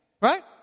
right